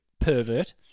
pervert